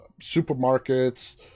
Supermarkets